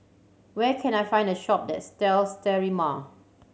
where can I find a shop that sells Sterimar